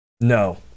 No